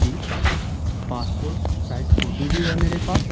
جی passport size photo بھی ہے میرے پاس